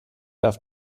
darf